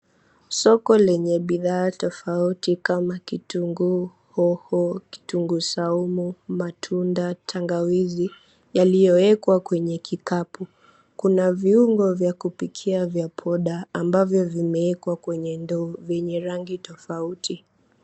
Soko lenye bidhaa tofauti kama; kitunguu, hoho, kitunguu saumu, matunda, tangawizi yaliyoekwa kwenye kikapu. Kuna viungo vya kupikia vya poda ambavyo vimeekwa kwenye ndoo v𝑦enye rangi tofauti.